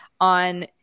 on